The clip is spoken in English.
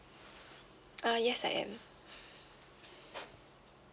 uh yes I am